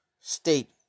state